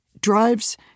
drives